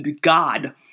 God